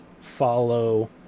follow